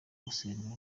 gusenga